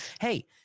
Hey